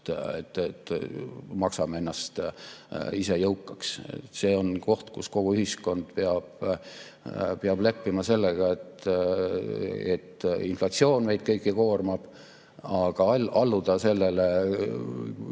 Maksame ennast ise jõukaks. See on koht, kus kogu ühiskond peab leppima sellega, et inflatsioon meid kõiki koormab, aga alluda sellele Putini